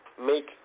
make